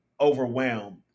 overwhelmed